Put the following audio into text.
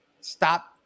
Stop